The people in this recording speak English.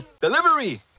Delivery